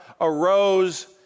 arose